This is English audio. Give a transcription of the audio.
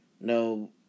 no